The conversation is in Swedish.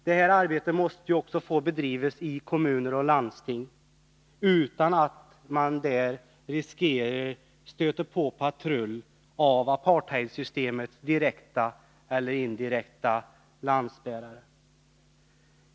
Detta arbete måste också få bedrivas i kommuner och landsting, utan att man riskerar stöta på patrull på grund av apartheidsystemets direkta eller indirekta lansbärare.